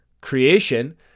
creation